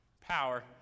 power